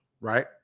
right